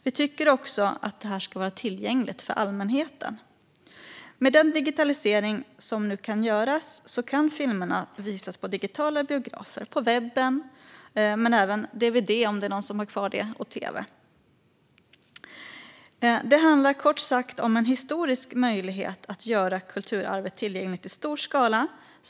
Vi tycker också att det ska vara tillgängligt för allmänheten. Med den digitalisering som nu sker kan filmerna visas på digitala biografer, på webben men även via dvd, om det är någon som har kvar det, och tv. Det handlar kort sagt om en historisk möjlighet att göra kulturarvet tillgängligt i stor skala.